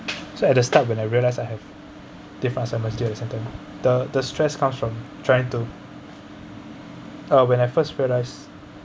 so at the start when I realize I have different semester exam time the the stress comes from trying to uh when I first realize